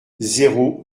zéro